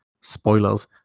spoilers